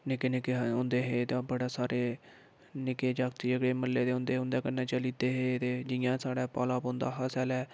नि'क्के नि'क्के होंदे हे तां बड़े सारे नि'क्के जागत् जेह्ड़े म्ह्ल्ले दे होंदे हे ते उं'दे कन्नै चली दे हे जि'यां साढ़े पाला पौंदा हा सेआलै